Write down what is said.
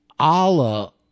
Allah